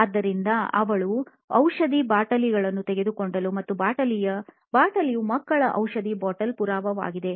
ಆದ್ದರಿಂದ ಅವಳು ಔಷಧಿ ಬಾಟಲಿಯನ್ನು ತೆಗೆದುಕೊಂಡಳು ಮತ್ತು ಆ ಬಾಟಲಿಯು ಮಕ್ಕಳ ಔಷಧಿ ಬಾಟಲ್ ಪುರಾವೆಯಾಗಿದೆ